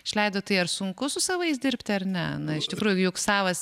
išleido tai ar sunku su savais dirbti ar ne na iš tikrųjų juk savas